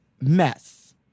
Mess